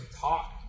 talk